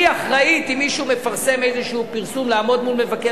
היא אחראית אם מישהו מפרסם איזה פרסום לעמוד מול מבקר